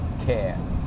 care